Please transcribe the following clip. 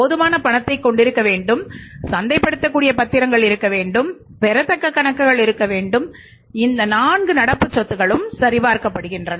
போதுமான பணத்தைக் கொண்டிருக்க வேண்டும் சந்தைப்படுத்தக்கூடிய பத்திரங்கள் இருக்க வேண்டும் பெறத்தக்க கணக்குகள் இருக்க வேண்டும் இந்த நான்கு நடப்பு சொத்துகளும் சரிபார்க்கப்படுகின்றன